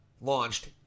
launched